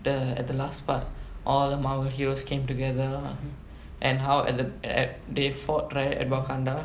the at the last part all the marvel heroes came together and how at the err they fought right at wakanda